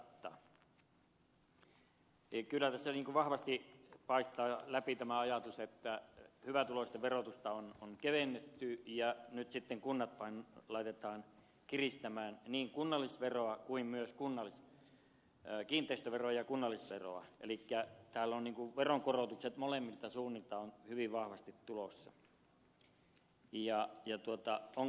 kyllä tässä vahvasti paistaa läpi tämä ajatus että hyvätuloisten verotusta on kevennetty ja nyt sitten kunnat laitetaan kiristämään niin kunnallisveroa kuin myös kiinteistöveroa elikkä täällä ovat veronkorotukset molemmilta suunnilta hyvin vahvasti tulossa